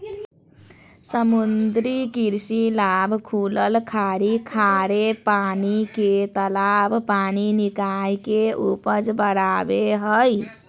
समुद्री कृषि लाभ खुलल खाड़ी खारे पानी के तालाब पानी निकाय के उपज बराबे हइ